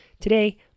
Today